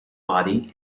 body